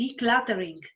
decluttering